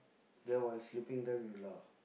then while sleeping time you laugh